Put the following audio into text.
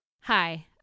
Hi